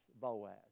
Boaz